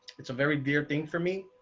it's a very dear thing for me,